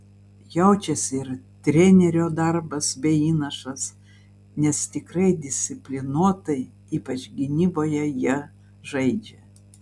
jaučiasi ir trenerio darbas bei įnašas nes tikrai disciplinuotai ypač gynyboje jie žaidžia